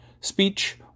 speech